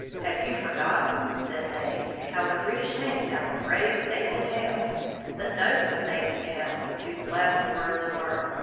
have you forgotten, said they, how the british hanged our brave nathan hale the noble nathan hale, whose last words were,